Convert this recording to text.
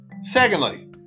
Secondly